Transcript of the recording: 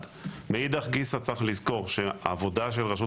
מאידך גיסא צריך לזכור שהעבודה של רשות